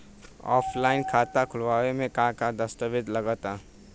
Offline खाता खुलावे म का का दस्तावेज लगा ता?